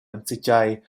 enzatgei